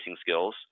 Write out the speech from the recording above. skills